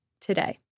today